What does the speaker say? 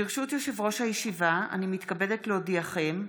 ברשות יושב-ראש הישיבה, אני מתכבדת להודיעכם,